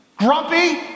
Grumpy